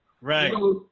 right